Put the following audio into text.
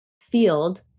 field